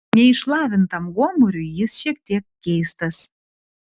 neišlavintam gomuriui jis šiek tiek keistas